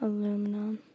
Aluminum